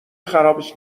خرابش